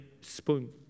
Spoon